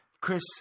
Chris